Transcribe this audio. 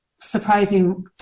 surprising